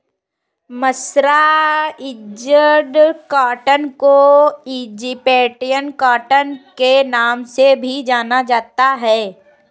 mercerised cotton को Egyptian cotton के नाम से भी जाना जाता है